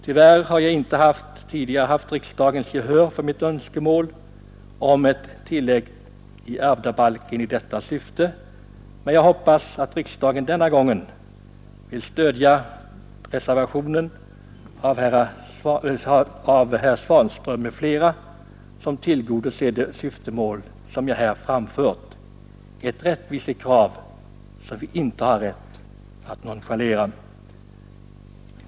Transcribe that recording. Tyvärr har jag inte tidigare haft riksdagens gehör för mitt önskemål om ett tillägg till ärvdabalken i detta syfte, men jag hoppas att riksdagen denna gång stödjer reservationen av herr Svanström m.fl. som tillgodoser motionens syfte — ett rättvisekrav som vi inte har rätt att nonchalera.